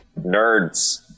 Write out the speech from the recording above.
nerds